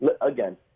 Again